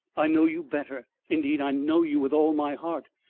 i know you better. indeed i know you with all my heart.